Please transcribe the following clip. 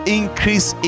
increase